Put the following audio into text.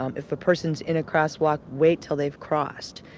um if a person's in a crosswalk, wait till they've crossed.